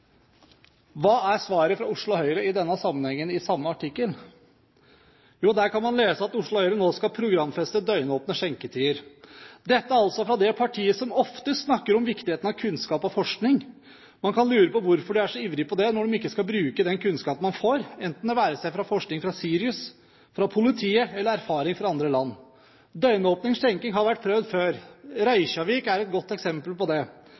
Hva er svaret fra Oslo Høyre i denne sammenhengen, i samme artikkel? Jo, der kan man lese at Oslo Høyre nå skal programfeste døgnåpne skjenketider – dette altså fra det partiet som oftest snakker om viktigheten av kunnskap og forskning. Man kan lure på hvorfor de er så ivrige på det når de ikke skal bruke den kunnskapen man får, det være seg forskning fra SIRUS, fra politiet eller erfaring fra andre land. Døgnåpen skjenking har vært prøvd før. Reykjavik er et godt eksempel på det.